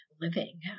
living